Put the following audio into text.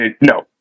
No